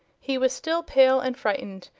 he was still pale and frightened,